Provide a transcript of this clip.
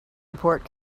report